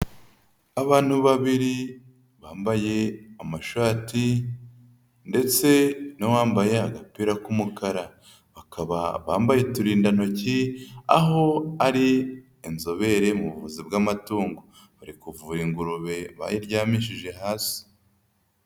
Abantu babiri bambaye amashati ndetse n'uwambaye agapira k'umukara, bakaba bambaye uturindantoki, aho ari inzobere mu buvuzi bw'amatungo, bari kuvura ingurube bayiryamishije hasi.